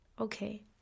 okay